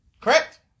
Correct